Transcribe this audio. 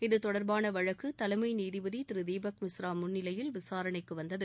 இதுதொடர்பான வழக்கு தலைமை நீதிபதி தீபக் மிஸ்ரா முன்னிலையில் விசாரணைக்கு வந்தது